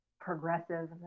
Progressive